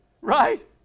Right